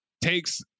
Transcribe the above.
takes